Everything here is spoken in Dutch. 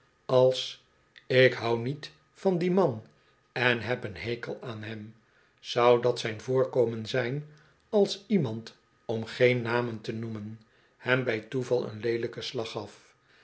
als ik hou niet van dien man en heb een hekel aan hem zou dat zijn voorkomen zijn als iemand om geen namen te noemen hem bij toeval een leelijken slag gaf